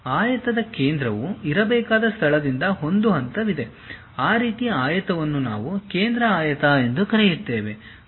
ಈಗ ಆಯತದ ಕೇಂದ್ರವು ಇರಬೇಕಾದ ಸ್ಥಳದಿಂದ ಒಂದು ಹಂತವಿದೆ ಆ ರೀತಿಯ ಆಯತವನ್ನು ನಾವು ಕೇಂದ್ರ ಆಯತ ಎಂದು ಕರೆಯುತ್ತೇವೆ